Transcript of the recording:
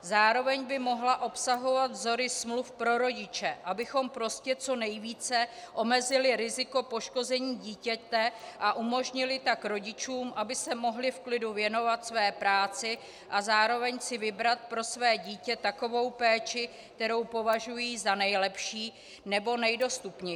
Zároveň by mohla obsahovat vzory smluv pro rodiče, abychom prostě co nejvíce omezili riziko poškození dítěte a umožnili tak rodičům, aby se mohli v klidu věnovat své práci a zároveň si vybrat pro své dítě takovou péči, kterou považují za nejlepší nebo nejdostupnější.